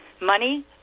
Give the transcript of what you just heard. money